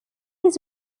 his